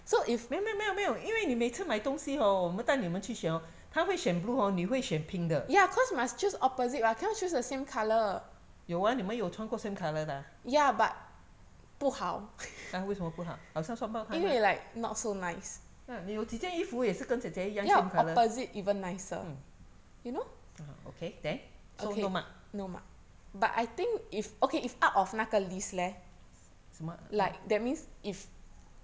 没有没有没有因为你每次买东西 hor 我们带你们去选 hor 她会选 blue hor 你会选 pink 的有啊你们有穿过 same colour 的啊 !huh! 为什么不好好像双胞胎嘛你有几件衣服也是跟 ze ze 一样 same colour mm mm okay then so no mark 什么